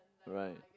right